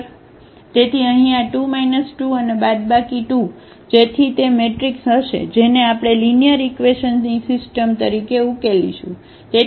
તેથી અહીં આ 2 2 અને બાદબાકી 2 જેથી તે મેટ્રિક્સ હશે જેને આપણે લીનીઅરઈક્વેશનની સિસ્ટમ તરીકે ઉકેલીશું